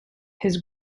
his